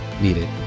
needed